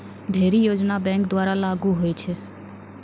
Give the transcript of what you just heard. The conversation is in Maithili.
ढ़ेरी योजना बैंक द्वारा लागू होय छै